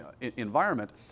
environment